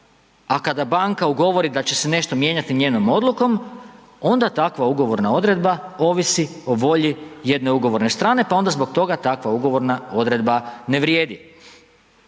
a kada Banka ugovori da će se nešto mijenjati njenom odlukom, onda takva ugovorna odredba ovisi o volji jedne ugovorne strane, pa onda zbog toga takva ugovorna odredba na vrijedi.